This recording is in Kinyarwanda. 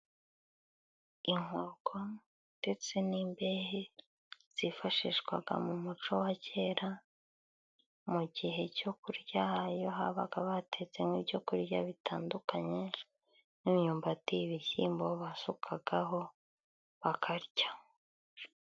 Inkoko ndetse n'imbehe zifashishwaga mu muco wa kera mu gihe cyo kurya, iyo habaga batetse nk'ibyokurya bitandukanye nk'imyumbati, ibishyimbo basukagaho bakarya.